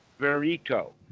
verito